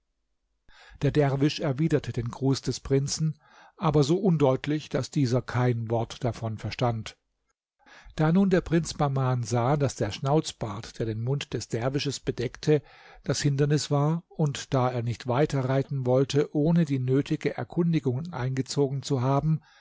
der derwisch erwiderte den gruß des prinzen aber so undeutlich daß dieser kein wort davon verstand da nun der prinz bahman sah daß der schnauzbart der den mund des derwisches bedeckte das hindernis war und da er nicht weiter reiten wollte ohne die nötige erkundigung eingezogen zu haben